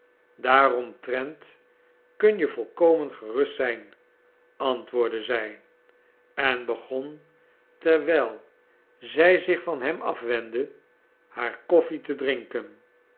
daaromtrent kun je volkomen gerust zijn antwoordde zij en begon terwijl zij zich van hem afwendde haar koffie te drinken